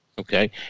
Okay